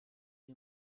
die